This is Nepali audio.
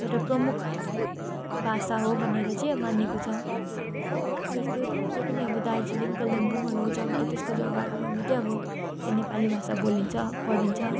एउटा प्रमुख भाषा हो भनेर चाहिँ अब मानेको छ त्यस्तो त्यो पनि अब दार्जिलिङ कालिम्पोङहरू जग्गा त्यस्तो जग्गाहरूमा मात्रै अब यो नेपाली भाषा बोलिन्छ पढिन्छ